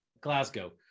Glasgow